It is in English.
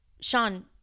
Sean